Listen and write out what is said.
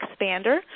expander